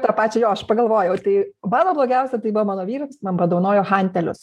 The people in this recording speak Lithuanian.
tą pačią jo aš pagalvojau tai mano blogiausia tai buvo mano vyras man padovanojo hantelius